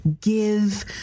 give